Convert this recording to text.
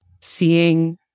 seeing